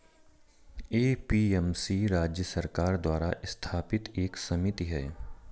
APMC राज्य सरकार द्वारा स्थापित एक समिति है